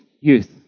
youth